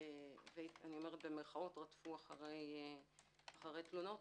ובמירכאות רדפו אחרי תלונות